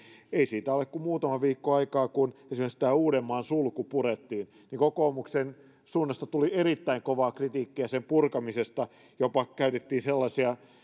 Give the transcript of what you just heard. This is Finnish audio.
ei siitä ole kuin muutama viikko aikaa kun esimerkiksi tämä uudenmaan sulku purettiin niin kokoomuksen suunnasta tuli erittäin kovaa kritiikkiä sen purkamisesta käytettiin